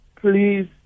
Please